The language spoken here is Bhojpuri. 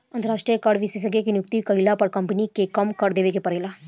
अंतरास्ट्रीय कर विशेषज्ञ के नियुक्ति कईला पर कम्पनी के कम कर देवे के परेला